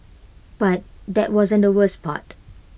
but that wasn't the worst part